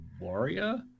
warrior